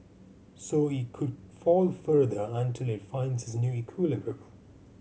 so it could fall further until it finds its new equilibrium